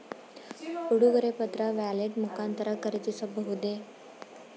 ಉಡುಗೊರೆ ಪತ್ರ ವ್ಯಾಲೆಟ್ ಮುಖಾಂತರ ಖರೀದಿಸಬಹುದೇ?